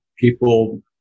people